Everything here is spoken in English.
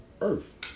Earth